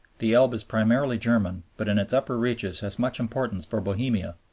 the elbe is primarily german but in its upper reaches has much importance for bohemia,